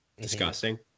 Disgusting